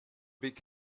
big